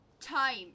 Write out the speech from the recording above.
time